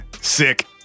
Sick